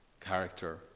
character